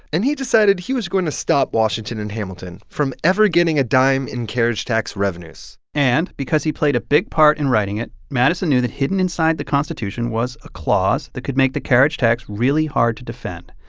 and he decided he was going to stop washington and hamilton from ever getting a dime in carriage tax revenues and because he played a big part in writing it, madison knew that hidden inside the constitution was a clause that could make the carriage tax really hard to defend.